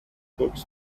books